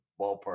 ballpark